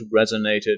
resonated